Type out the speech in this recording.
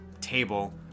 table